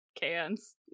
cans